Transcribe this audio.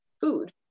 food